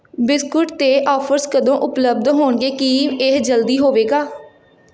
biscuit 'ਤੇ offers ਕਦੋਂ ਉਪਲਬਧ ਹੋਣਗੇ ਕੀ ਇਹ ਜਲਦੀ ਹੋਵੇਗਾ